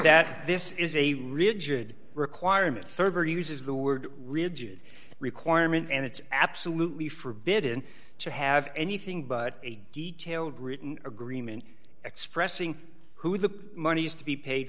that this is a rigid requirement server uses the word rigid requirement and it's absolutely forbidden to have anything but a detailed written agreement expressing who the money is to be paid